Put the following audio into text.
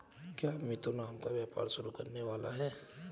क्या मिथुन आम का व्यापार शुरू करने वाला है?